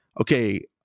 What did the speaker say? Okay